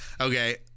Okay